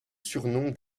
surnom